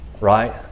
right